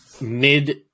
Mid